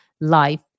life